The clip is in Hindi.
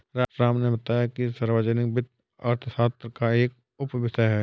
राम ने बताया कि सार्वजनिक वित्त अर्थशास्त्र का एक उपविषय है